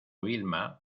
vilma